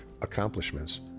accomplishments